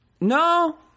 No